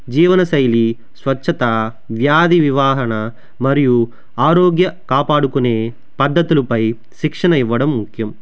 జీవన శైలి స్వచ్ఛత వ్యాధి వివాహన మరియు ఆరోగ్య కాపాడుకునే పద్ధతులపై శిక్షణ ఇవ్వడం ముఖ్యం